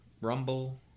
Rumble